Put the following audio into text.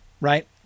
Right